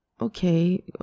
okay